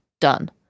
Done